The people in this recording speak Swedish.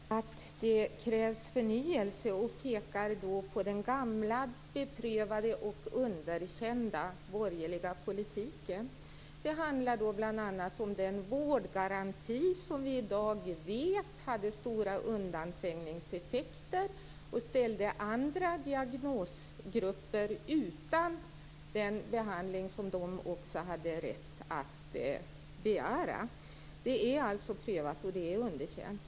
Fru talman! Chris Heister säger att det krävs förnyelse. Hon pekar då på den gamla, beprövade och underkända borgerliga politiken. Det handlar om den vårdgaranti som vi i dag vet hade stora undanträngningseffekter och ställde andra diagnosgrupper utan den behandling som de hade rätt att begära. Det är alltså prövat, och det är underkänt.